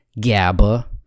GABA